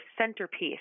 centerpiece